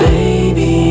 Baby